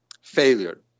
Failure